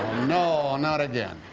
no. not again.